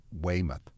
Weymouth